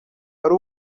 ari